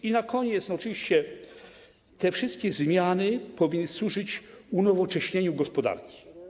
I na koniec, oczywiście te wszystkie zmiany powinny służyć unowocześnieniu gospodarki.